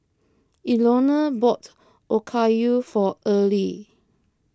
Elenore bought Okayu for Earley